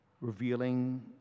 revealing